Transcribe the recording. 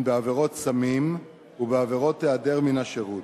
בעבירות סמים ובעבירות היעדר מן השירות.